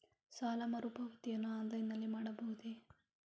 ಸಾಲ ಮರುಪಾವತಿಯನ್ನು ಆನ್ಲೈನ್ ನಲ್ಲಿ ಮಾಡಬಹುದೇ?